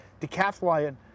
decathlon